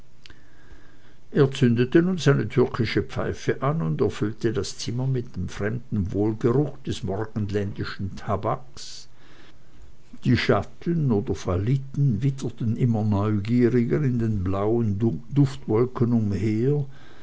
er zündete nun seine türkische pfeife an und erfüllte das zimmer mit dem fremden wohlgeruch des morgenländischen tabaks die schatten oder falliten witterten immer neugieriger in den blauen duftwolken umher